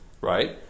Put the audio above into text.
right